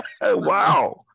Wow